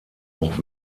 auch